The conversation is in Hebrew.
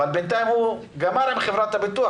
אבל בינתיים הוא גמר עם חברת הביטוח,